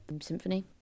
symphony